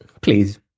Please